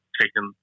taken